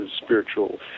spiritual